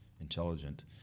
intelligent